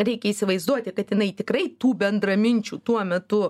reikia įsivaizduoti kad jinai tikrai tų bendraminčių tuo metu